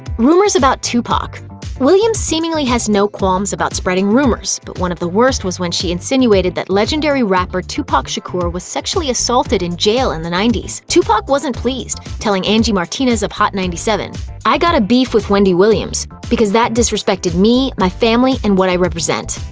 rumors about tupac williams seemingly has no qualms about spreading rumors, but one of the worst was when she insinuated that legendary rapper tupac shakur was assaulted in jail in the ninety s. tupac wasn't pleased, telling angie martinez of hot ninety seven i got a beef with wendy williams, because that disrespected me, my family and what i represent.